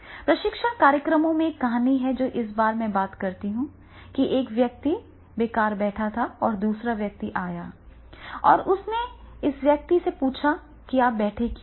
प्रशिक्षण कार्यक्रमों में एक कहानी है जो इस बारे में बात करती है कि एक व्यक्ति बेकार बैठा है और दूसरा व्यक्ति आया और उससे पूछा कि वह इस तरह क्यों बैठा है